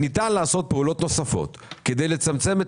שניתן לעשות פעולות נוספות כדי לצמצם את